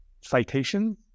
Citation